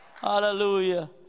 Hallelujah